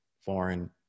foreign